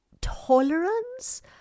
tolerance